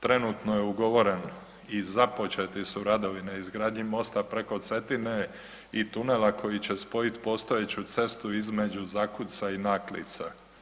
Trenutno je ugovoreno i započeti su radovi na izgradnji mosta preko Cetine i tunela koji će spojiti postojeću cestu između Zakuca i Naklica.